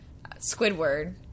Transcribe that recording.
Squidward